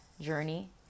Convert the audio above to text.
Journey